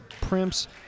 Primps